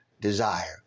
desire